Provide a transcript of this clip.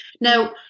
Now